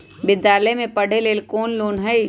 विद्यालय में पढ़े लेल कौनो लोन हई?